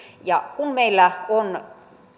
kun meillä on